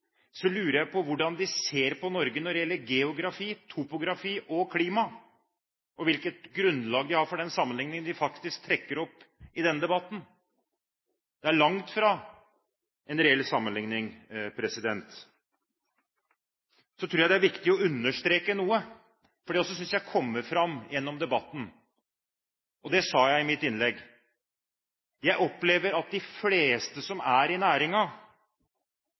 lurer jeg på hvordan de ser på Norge når det gjelder geografi, topografi og klima, og hvilket grunnlag de har for den sammenlikningen de trekker opp i denne debatten. Det er langt fra en reell sammenlikning. Så tror jeg det er viktig å understreke – det synes jeg også kommer fram gjennom debatten, og jeg sa det i mitt innlegg – at de fleste som er i